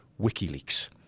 WikiLeaks